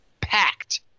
packed